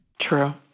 True